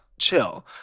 chill